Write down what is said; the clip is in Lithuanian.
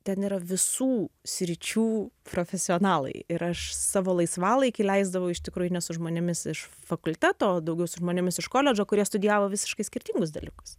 ten yra visų sričių profesionalai ir aš savo laisvalaikį leisdavau iš tikrųjų ne su žmonėmis iš fakulteto o daugiau su žmonėmis iš koledžo kurie studijavo visiškai skirtingus dalykus